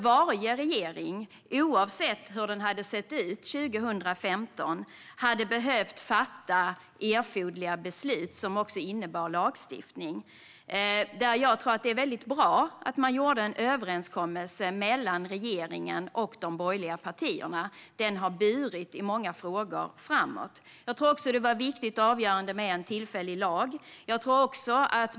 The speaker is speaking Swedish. Varje regering, oavsett hur den hade sett ut 2015, hade behövt fatta erforderliga beslut som innebar lagstiftning. Jag tycker att det är bra att regeringen gjorde en överenskommelse med de borgerliga partierna. Den har burit framåt i många frågor. Det var viktigt och avgörande med en tillfällig lag.